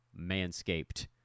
Manscaped